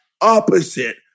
opposite